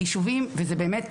לישובים וזה באמת,